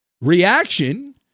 reaction